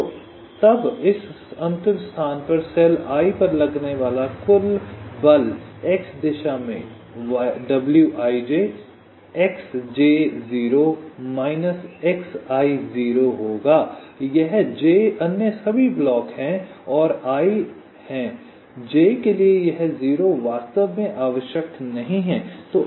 तो तब इस अंतिम स्थान पर सेल i पर लगने वाला कुल बल x दिशा में wij xj0 माइनस xi0 होगा यह j अन्य सभी ब्लॉक है और i है j के लिए यह 0 वास्तव में आवश्यक नहीं है